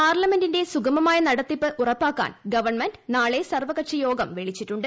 പാർലമെന്റിന്റെ സുഗമമായ നടത്തിപ്പ് ഉറപ്പാക്കാൻ ഗവൺമെന്റ് നാളെ സർവ്വകക്ഷി യോഗം വിളിച്ചിട്ടുണ്ട്